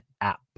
app